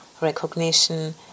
recognition